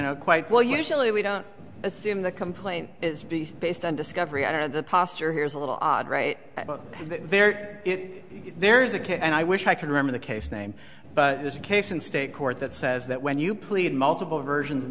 know quite well usually we don't assume the complaint is based on discovery under the posture here is a little odd right there there is a case and i wish i could remember the case name but there's a case in state court that says that when you plead multiple versions of